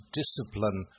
discipline